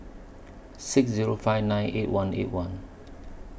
six Zero five nine eight one eight one